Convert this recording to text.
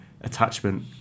attachment